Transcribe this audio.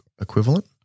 equivalent